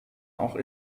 auch